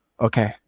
okay